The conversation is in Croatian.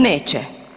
Neće.